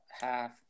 half